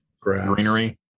greenery